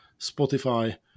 Spotify